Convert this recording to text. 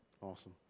awesome